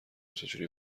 چجوری